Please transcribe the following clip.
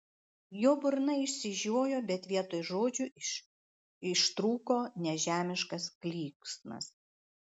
jo burna išsižiojo bet vietoj žodžių iš ištrūko nežemiškas klyksmas